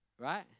right